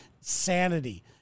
sanity